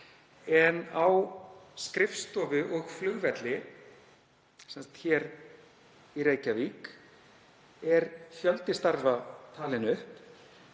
en á skrifstofu og flugvelli hér í Reykjavík er fjöldi starfa talinn